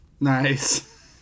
nice